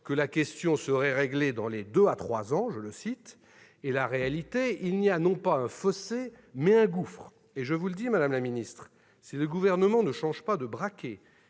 que la question serait réglée dans les deux à trois ans, et la réalité, il y a non pas un fossé, mais un gouffre ! Madame la ministre, si le Gouvernement ne change pas de braquet